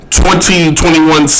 2021